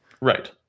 Right